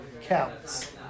counts